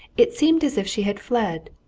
it seemed as if she had fled.